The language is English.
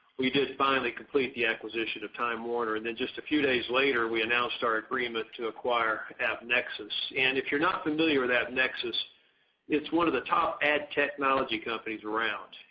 we did finally complete the acquisition of time warner and then just a few days later, we announced our agreement to acquire appnexus. and if you're not familiar with appnexus, it's one of the top ad technology companies around.